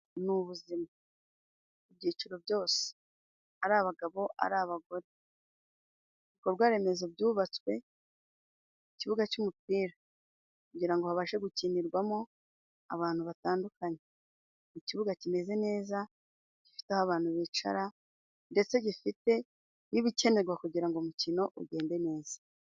Ni ubuzima mu byiciro byose. Ari abagabo ari abagore. Ibikorwa remezo byubatswe, ikibuga cy'umupira kugira ngo habashe gukinirwamo abantu batandukanye. Ikibuga kimeze neza gifite aho abantu bicara ndetse gifite n'ibikenerwa, kugira ngo umukino ugende neza.